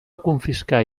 confiscar